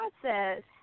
process